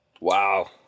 Wow